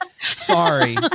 sorry